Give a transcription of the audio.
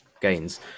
gains